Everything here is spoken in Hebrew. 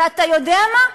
ואתה יודע מה?